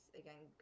again